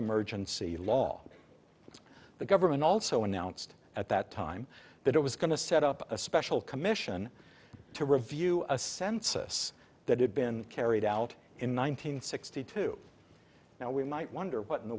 emergency law the government also announced at that time that it was going to set up a special commission to review a census that had been carried out in one nine hundred sixty two now we might wonder what in the